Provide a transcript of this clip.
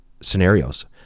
scenarios